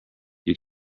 you